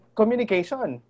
communication